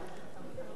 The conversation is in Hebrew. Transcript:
אורי אריאל,